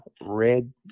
red